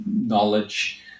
knowledge